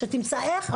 שתמצא איך,